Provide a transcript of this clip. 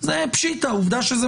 זה פשיטא, עובדה שזה